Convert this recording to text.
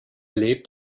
lebt